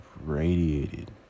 radiated